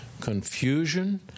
confusion